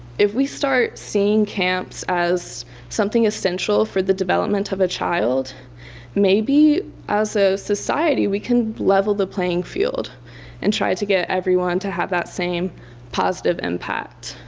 if we start seeing camps as something essential for the development of a child maybe as a so society we can level the playing field and try to get everyone to have that same positive impact.